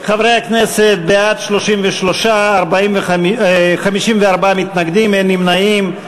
חברי הכנסת, 33 בעד, 54 מתנגדים, אין נמנעים.